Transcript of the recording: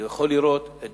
יכול לראות את